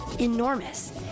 enormous